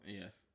Yes